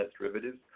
derivatives